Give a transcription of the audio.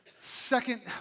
second